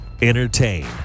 entertain